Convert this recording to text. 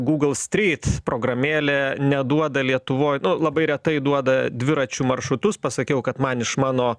google street programėlė neduoda lietuvoj labai retai duoda dviračių maršrutus pasakiau kad man iš mano